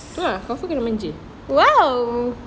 ya confirm kena manja